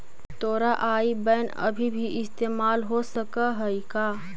तोरा आई बैन अभी भी इस्तेमाल हो सकऽ हई का?